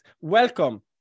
Welcome